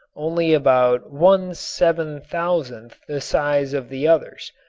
only about one seven-thousandth the size of the others,